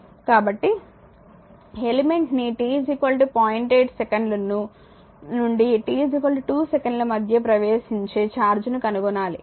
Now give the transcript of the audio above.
కాబట్టి ఎలిమెంట్ ని t 0 8సెకను నుండి t 2 సెకను మధ్య ప్రవేశించే ఛార్జ్ను కనుగొనాలి